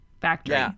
factory